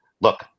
Look